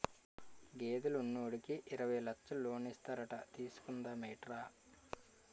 గేదెలు ఉన్నోడికి యిరవై లచ్చలు లోనిస్తారట తీసుకుందా మేట్రా